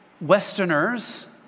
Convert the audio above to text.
Westerners